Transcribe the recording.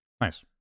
nice